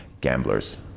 gamblers